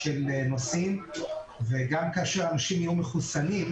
של נוסעים וגם כאשר אנשים יהיו מחוסנים,